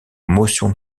motion